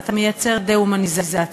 אתה מייצר דה-הומניזציה.